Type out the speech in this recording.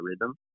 rhythm